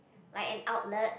like an outlet